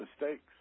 mistakes